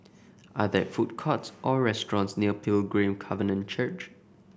are there food courts or restaurants near Pilgrim Covenant Church